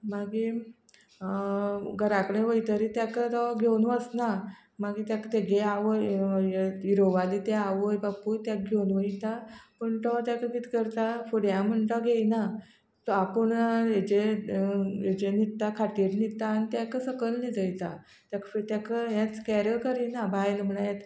मागीर घरा कडेन वयतरी तेका तो घेवन वसना मागीर तेका तेगे आवय हिरोवाजे ते आवय बापूय तेक घेवन वयता पूण तो तेका कितें करता फुड्यां म्हण तो घेयना तो आपूण हेचेर हेचेर न्हिदता खाटीर न्हिदता आनी तेका सकल न्हिदयता तेका फी तेका हेंच कॅर करिना बायल म्हळ्या हेंत